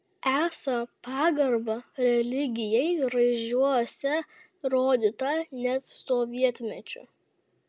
esą pagarba religijai raižiuose rodyta net sovietmečiu